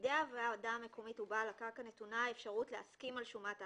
בידי הוועדה המקומית ובעל הקרקע נתונה האפשרות להסכים על שומת ההשבחה.